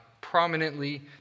prominently